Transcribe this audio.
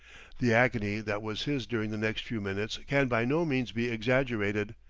the agony that was his during the next few minutes can by no means be exaggerated.